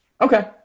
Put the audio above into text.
Okay